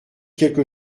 quelque